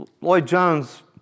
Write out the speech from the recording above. Lloyd-Jones